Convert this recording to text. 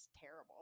terrible